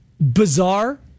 bizarre